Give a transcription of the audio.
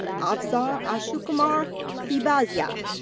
avsar ashokkumar limbasiya.